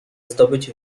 zdobyć